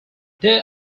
there